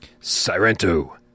Sirento